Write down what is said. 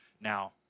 Now